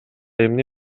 эмне